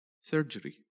surgery